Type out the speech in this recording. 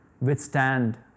withstand